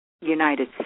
United